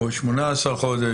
או 18 חודש,